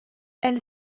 elle